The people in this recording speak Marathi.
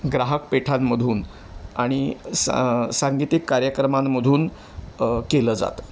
ग्राहक पेठांमधून आणि स सांगीतिक कार्यक्रमांमधून केलं जातं